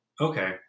okay